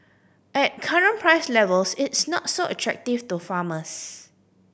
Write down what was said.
at current price levels it's not so attractive to farmers